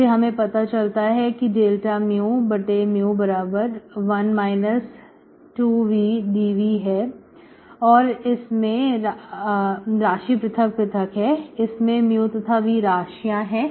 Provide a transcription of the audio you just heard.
इससे हमें पता चलता है कि dμ1 2vdv है और इसमें राज्य प्रथक प्रथक हैं इसमें mu तथाv राशियां हैं